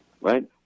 Right